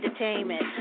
Entertainment